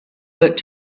work